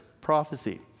prophecy